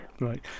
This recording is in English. Right